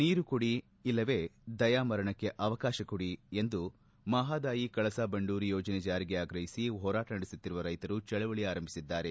ನೀರು ಕೊಡಿ ಇಲ್ಲವೇ ದಯಾಮರಣಕ್ಕೆ ಅವಕಾಶ ಕೊಡಿ ಎಂದು ಮಹಾದಾಯಿ ಕಳಸಾ ಬಂಡೂರಿ ಯೋಜನೆ ಜಾರಿಗೆ ಆಗ್ರಹಿಸಿ ಹೋರಾಟ ನಡೆಸುತ್ತಿರುವ ರೈತರು ಚಳವಳಿ ಆರಂಭಿಸಿದ್ದಾರೆ